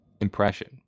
impression